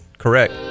correct